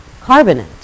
carbonate